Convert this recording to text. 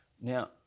Now